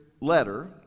letter